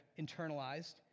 internalized